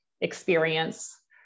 experience